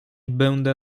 będę